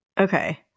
Okay